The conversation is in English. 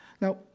Now